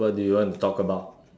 what do you want to talk about